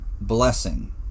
blessing